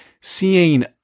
seeing